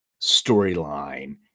storyline